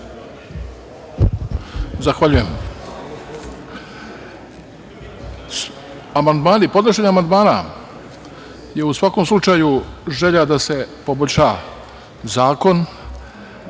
Zahvaljujem. Podnošenje amandmana je u svakom slučaju želja da se poboljša zakon,